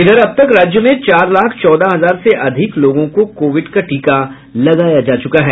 इधर अब तक राज्य में चार लाख चौदह हजार से अधिक लोगों को कोविड का टीका लगाया जा चुका है